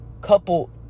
couple